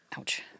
Ouch